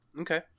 okay